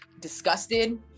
disgusted